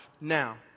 Now